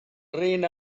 reign